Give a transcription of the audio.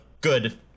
good